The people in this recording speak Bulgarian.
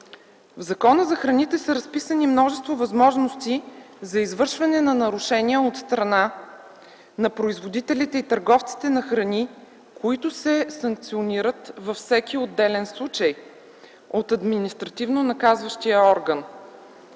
В Закона за храните са разписани множество възможности за извършване на нарушения от страна на производителите и търговците на храни, които се санкционират във всеки отделен случай от административнонаказващия орган,